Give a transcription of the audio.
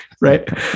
right